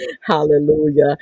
hallelujah